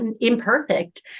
imperfect